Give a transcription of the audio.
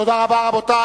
תודה רבה, רבותי.